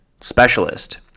specialist